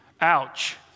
Ouch